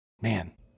man